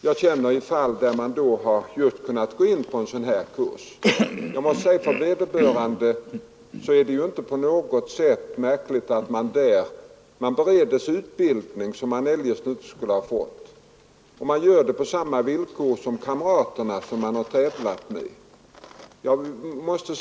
De har sedan kunnat gå in på sådana kurser som det här är fråga om, Dessa ungdomar har alltså beretts en utbildning, som de eljest inte skulle ha fått, och får den på samma villkor som de ungdomar man tidigare tävlat med.